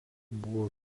buvo